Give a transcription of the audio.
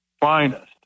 finest